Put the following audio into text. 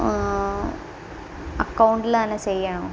അക്കൗണ്ടിലാണ് ചെയ്യണോ